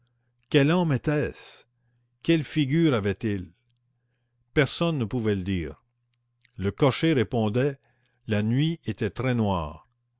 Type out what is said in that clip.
quel homme était-ce quelle figure avait-il personne ne pouvait le dire le cocher répondait la nuit était très noire